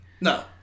No